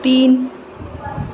تین